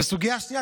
ועל הסוגיה השנייה,